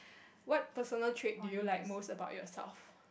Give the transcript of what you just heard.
what personal trait do you like most about yourself